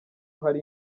hari